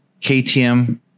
KTM